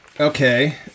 Okay